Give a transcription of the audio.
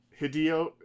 Hideo